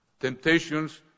Temptations